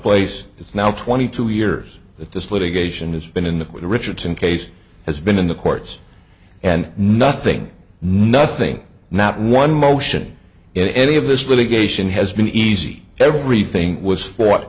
place it's now twenty two years that this litigation has been in the richardson case has been in the courts and nothing nothing not one motion in any of this litigation has been easy everything was fo